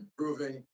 improving